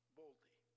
boldly